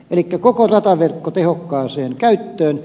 elikkä koko rataverkko tehokkaaseen käyttöön